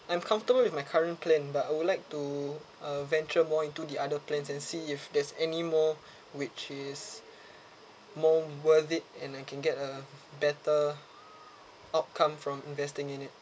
I'm comfortable with my current plan but I would like to uh venture more into the other plans and see if there's any more which is more worth it and I can get a better outcome from investing in it